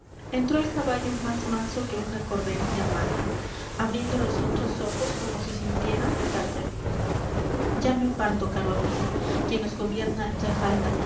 entró el caballo más manso que una corderilla mansa abriendo los anchos ojos como si sintiera calla ya me parto caro amigo quien os gobierna ya falta